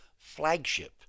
flagship